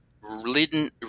Written